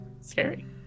Scary